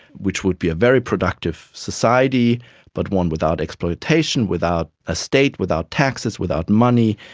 which would be a very productive society but one without exploitation, without a state, without taxes, without money,